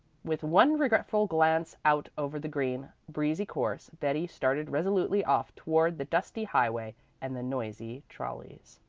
with one regretful glance out over the green, breezy course betty started resolutely off toward the dusty highway and the noisy trolleys.